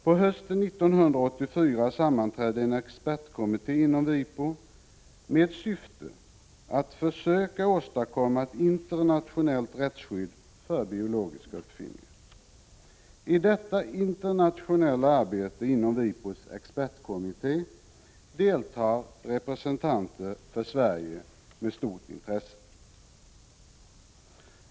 På hösten 1984 sammanträdde en expertkommitté inom WIPO med syfte att försöka åstadkomma ett internationellt rättsskydd för biologiska uppfinningar. I detta internationella arbete inom WIPO:s expertkommitté deltar representanter för Sverige med stort intresse.